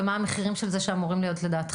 ומה המחירים של זה שאמורים להיות לדעתכם.